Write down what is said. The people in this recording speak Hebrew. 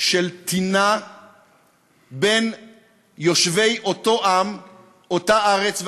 של טינה בין בני אותו עם, בין יושבי אותה ארץ.